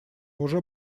уже